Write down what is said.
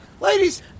Ladies